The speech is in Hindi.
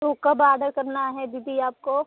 तो कब आर्डर करना है दीदी आपको